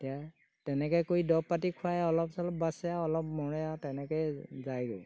এতিয়া তেনেকৈ কৰি দৰব পাতি খুৱাই অলপ চলপ বাচে আৰু অলপ মৰে আৰু তেনেকৈয়ে যায়গৈ